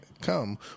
come